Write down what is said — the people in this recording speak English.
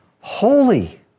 holy